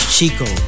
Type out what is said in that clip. Chico